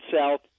south